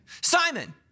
Simon